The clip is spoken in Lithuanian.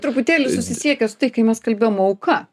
truputėlį susisiekia su tai kai mes kalbėjom auka